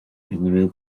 unrhyw